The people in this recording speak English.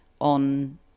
on